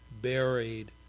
buried